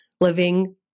living